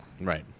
right